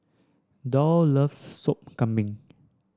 Doll loves Sop Kambing